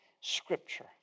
Scripture